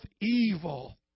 evil